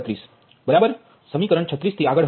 બરાબર સમીકરણ 36 થી આગળ